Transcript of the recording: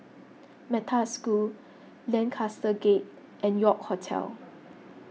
Metta School Lancaster Gate and York Hotel